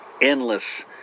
endless